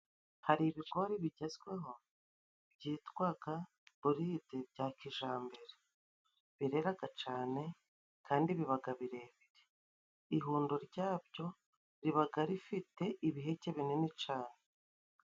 Hari ibigori bigezweho byitwaga iboride bya kijambere，bireraga cane kandi bibaga birebire. Ihundo ryabyo ribaga rifite ibiheke binini cane.